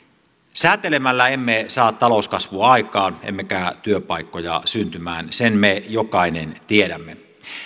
säätelemällä emme saa talouskasvua aikaan emmekä työpaikkoja syntymään sen me jokainen tiedämme